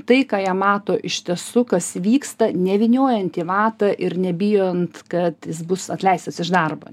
tai ką jie mato iš tiesų kas vyksta nevyniojant į vatą ir nebijant kad jis bus atleistas iš darbo